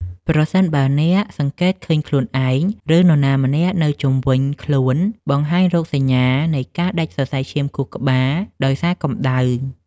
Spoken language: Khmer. ប្រសិនបើអ្នកសង្កេតឃើញខ្លួនឯង ឬនរណាម្នាក់នៅជុំវិញខ្លួនបង្ហាញរោគសញ្ញានៃការដាច់សរសៃឈាមខួរក្បាលដោយសារកម្ដៅ។